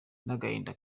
n’agahinda